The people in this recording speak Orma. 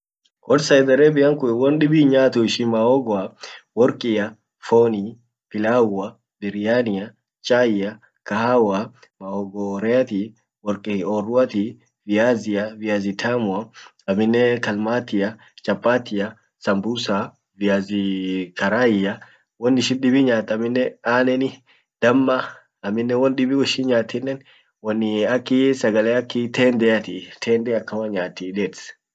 wor Saudi Arabian kun won dibi hinnyaatu ishin mahogoa, worqia, fooni, pilaua, biriania, chaia, kahawa, foon rati, worqi orruati, viazia, viazi tamua, aminne qalmatia, chapatia, sambusa, viazi won ishin dibi nyaat aminne aaneni, damma, aminne won dibi ishin nyaat wonnii ak tendeati tende akkama nyaati, dates